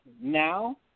now